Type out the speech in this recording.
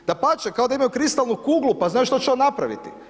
Dapače, kao da imaju kristalnu kuglu pa znaju što će on napraviti.